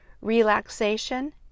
relaxation